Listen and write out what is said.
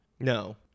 No